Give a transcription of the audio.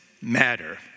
matter